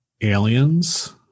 Aliens